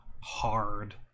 Hard